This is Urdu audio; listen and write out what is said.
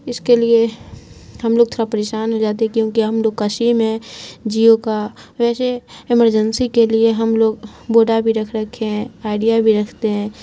اس کے لیے ہم لوگ تھوڑا پریشان ہو جاتے کیونکہ ہم لوگ کا شیم ہے جیو کا ویسے ایمرجنسی کے لیے ہم لوگ ووڈا بھی رکھ رکھے ہیں آئیڈیا بھی رکھتے ہیں